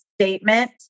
statement